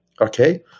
Okay